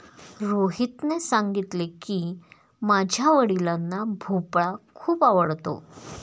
रोहितने सांगितले की, माझ्या वडिलांना भोपळा खूप आवडतो